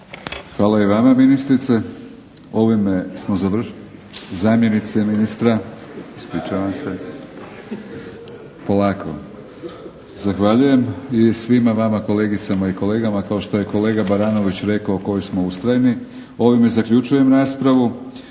Hvala i vama zamjenice ministra. Zahvaljujem i svima vama kolegicama i kolegama kao što je kolega Baranović rekao koji smo ustrajni. Ovime zaključujem raspravu.